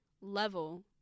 level